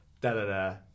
da-da-da